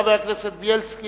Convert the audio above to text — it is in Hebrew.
חבר הכנסת בילסקי,